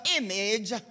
image